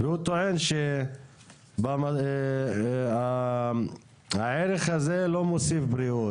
והוא טוען שהערך הזה לא מוסיף בריאות.